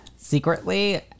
secretly